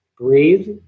Breathe